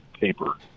paper